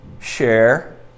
Share